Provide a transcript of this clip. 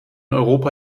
europa